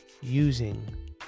using